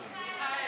אבל מיכאל,